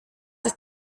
ist